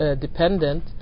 dependent